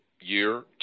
year